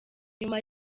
nyuma